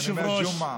אז אני אומר ג'מעה,